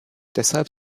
deshalb